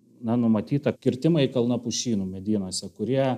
na numatyta kirtimai kalnapušynų medynuose kurie